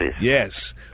Yes